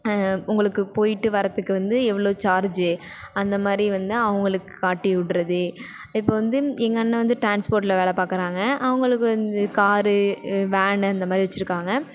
உங்களுக்கு போய்ட்டு வரத்துக்கு வந்து எவ்வளோ சார்ஜ்ஜி அந்தமாதிரி வந்து அவங்களுக்கு காட்டிவிட்றது இப்போ வந்து எங்கள் அண்ணா வந்து ட்ரான்ஸ்போர்ட்ல வேலை பார்க்குறாங்க அவங்களுக்கு வந்து கார் வேன் அந்தமாதிரி வச்சிருக்காங்க